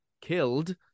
killed